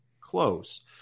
close